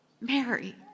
Mary